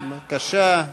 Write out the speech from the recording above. בבקשה.